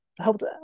helped